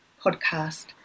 podcast